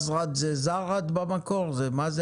גיל עדני מייסד חברת HackerU, שיש לו